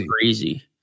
crazy